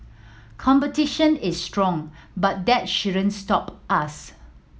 competition is strong but that shouldn't stop us